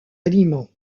aliments